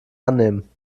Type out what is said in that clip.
annehmen